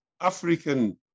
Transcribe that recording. African